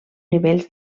nivells